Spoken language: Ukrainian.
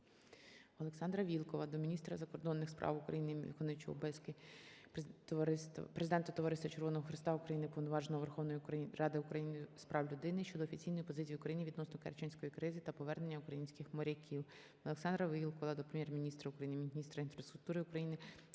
ОлександраВілкула до міністра закордонних справ України, виконуючого обов'язки Президента Товариства Червоного Хреста України, Уповноваженого Верховної Ради України з прав людини щодо офіційної позиції України відносно Керченської кризи та повернення українських моряків. ОлександраВілкула до Прем'єр-міністра України, міністра інфраструктури України